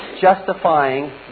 justifying